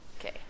Okay